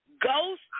Ghost